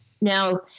Now